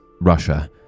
Russia